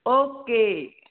okay